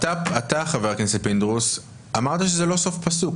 אתה, חבר הכנסת פינדרוס, אמרת שזה לא סוף פסוק.